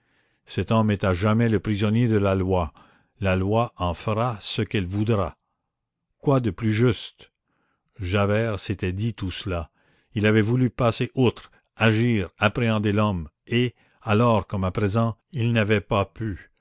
cet homme est à jamais le prisonnier de la loi la loi en fera ce qu'elle voudra quoi de plus juste javert s'était dit tout cela il avait voulu passer outre agir appréhender l'homme et alors comme à présent il n'avait pas pu